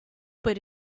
but